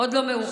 עוד לא מאוחר